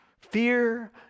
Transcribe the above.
Fear